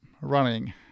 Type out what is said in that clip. running